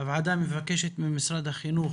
הוועדה מבקשת ממשרד החינוך,